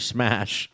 Smash